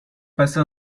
passer